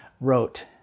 wrote